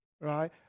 right